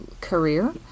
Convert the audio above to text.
Career